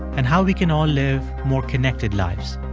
and how we can all live more connected lives